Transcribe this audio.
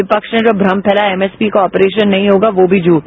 विपक्षी ने भ्रम फैलाया एमएसपी का ऑप्रेशन नहीं होगा वो भी झूठ